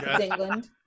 England